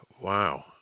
wow